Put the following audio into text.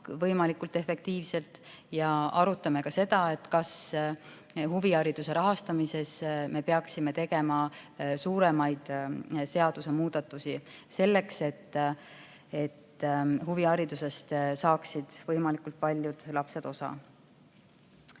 võimalikult efektiivselt, ja arutame ka seda, kas huvihariduse rahastamises me peaksime tegema suuremaid seadusemuudatusi selleks, et huviharidusest saaksid võimalikult paljud lapsed osa.